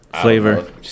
flavor